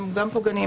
שהם גם פוגעניים,